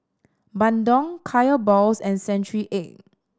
bandung Kaya balls and century egg